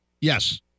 Yes